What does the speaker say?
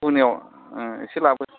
घुगुनियाव इसे लाबो